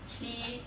actually